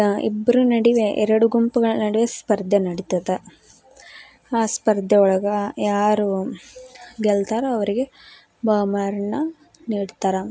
ಇಬ್ರ ನಡುವೆ ಎರಡು ಗುಂಪುಗಳ ನಡುವೆ ಸ್ಪರ್ಧೆ ನಡೀತದೆ ಆ ಸ್ಪರ್ಧೆ ಒಳಗೆ ಯಾರು ಗೆಲ್ತಾರೋ ಅವರಿಗೆ ಬಹುಮಾನ ನೀಡ್ತಾರೆ